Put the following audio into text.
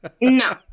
No